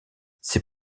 ses